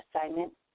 assignment